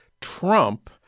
Trump